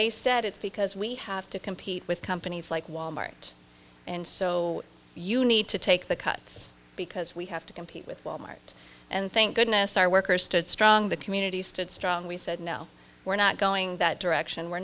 they said it's because we have to compete with companies like wal mart and so you need to take the cuts because we have to compete with wal mart and think goodness our workers stood strong the community stood strong we said no we're not going that direction we're